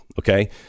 Okay